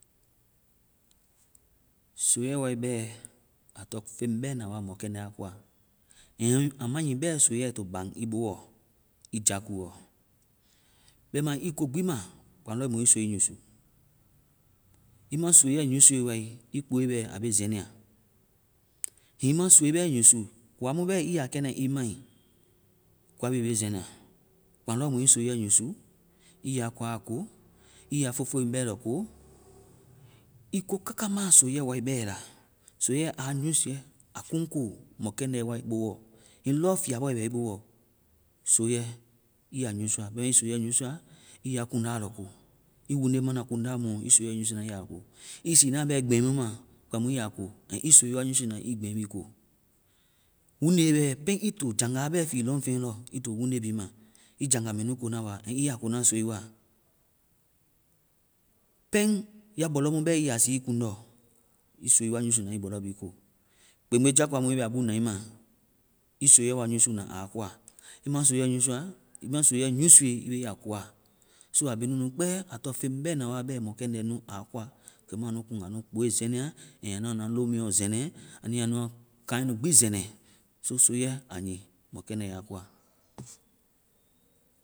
Soiɛ wae bɛ a tɔŋ feŋ bɛna mɔkɛndɛ́ a koa. And aa ma nyii bɛ soiɛ to baŋ i boɔ i jakuɔ. Bɛma i ko gbi ma, kpaŋ lɔ mu i soi usu. Ii ma soiɛ usu wae i kpoe bɛ aa be zɛnɛa. Hiŋi i ma soi bɛ usu koa mu bɛ i ya kɛna, koa bi be zɛnɛa. Kpaŋ lɔ mu ii soiɛ usu i ya koa ko, ii ya fofoe nu bɛ lɔ ko. I ko kaka ma soiɛ wae bɛ la. Soiɛ aa usuɛ aa kuŋko mɔkɛndɛ́ wae boɔ. Hiŋi lɔ fiabɔɛ bɛ ii boɔ, soiɛ, ii ya usua. Bɛma ii soiɛ usua i ya kuŋda lɔ ko. I wundemana kuŋda muɔ, i soiɛ usu na ii ya ko. Ii siina bɛ gbɛŋ mu ma, kpaŋ mu ii ya ko. I soiɛ usu ii gbɛŋ ko. Pɛŋ ii to jaŋga bɛ fe lɔŋfeŋ lɔ i to wunde bi ma, i jaŋga mɛ nu kona wa. Ii ya ko na soi wa. Pɛŋ! Ya bɔlɔ mu mɛ ii ya sii ii kuŋdɔ, ii soi wa usu na ii bɔlɔ bi ko. Kpeŋgbeja koa mu ii bɛ aa buŋ na ii maa, ii soiɛ wa usu na aa koa. Ii ma soiɛ usua, ii ma soiɛ yɛ usue a i be aa koa. So aa bi nunu kpɛ, aa tɔŋ feŋ bɛna wa nu aa koa. And aa nu kuŋ anu kpoe zɛnɛ aa, and aa nu ya nua lomuɛ lɔ zɛnɛ. Aa nu ya nua kaŋɛ nu gbi zɛnɛ. So soiɛ, aa nyii mɔkɛndɛ́ aa koa.